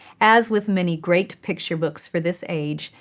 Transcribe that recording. as with many great picture books for this age,